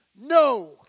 No